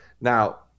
Now